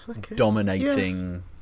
dominating